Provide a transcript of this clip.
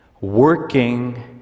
working